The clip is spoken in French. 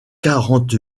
quarante